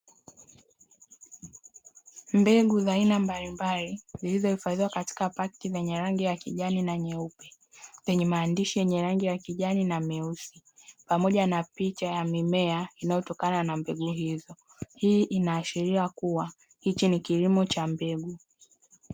Mbegu za aina mbalimbali zilizo hifadhiwa katika pakiti yenye rangi ya kijani na nyeupe zenye maandishi yenye rangi ya kijani na meusi pamoja na picha ya mimea inayotokana na mbegu hizo, hii inaashiria kuwa hichi ni kilimo cha mbegu.